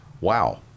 Wow